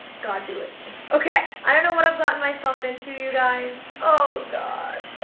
god be with me. okay, i don't know what i've gotten myself into you guys. oh god,